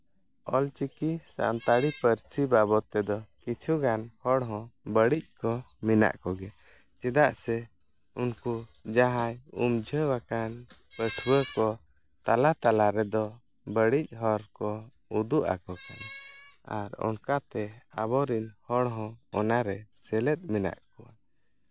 ᱚᱞᱪᱤᱠᱤ ᱥᱟᱱᱛᱟᱲᱤ ᱯᱟᱹᱨᱥᱤ ᱵᱟᱵᱚᱫ ᱛᱮᱫᱚ ᱠᱤᱪᱷᱩ ᱜᱟᱱ ᱦᱚᱲ ᱦᱚᱸ ᱵᱟᱹᱲᱤᱡ ᱠᱚ ᱢᱮᱱᱟᱜ ᱠᱚᱜᱮᱭᱟ ᱪᱮᱫᱟᱜ ᱥᱮ ᱩᱱᱠᱩ ᱡᱟᱦᱟᱸᱭ ᱩᱢ ᱡᱷᱟᱹᱣ ᱟᱠᱟᱱ ᱯᱟᱴᱷᱩᱣᱟᱹ ᱠᱚ ᱛᱟᱞᱟ ᱛᱟᱞᱟ ᱨᱮᱫᱚ ᱵᱟᱹᱲᱤᱡ ᱦᱚᱨ ᱠᱚ ᱩᱫᱩᱜ ᱟᱠᱚ ᱠᱟᱱᱟ ᱟᱨ ᱚᱱᱠᱟ ᱛᱮ ᱟᱵᱚ ᱨᱮᱱ ᱦᱚᱲ ᱦᱚᱸ ᱚᱱᱟᱨᱮ ᱥᱮᱞᱮᱫ ᱢᱮᱱᱟᱜ ᱠᱚᱣᱟ